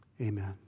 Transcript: amen